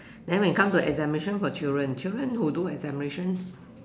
then when come to examination for children children who do examinations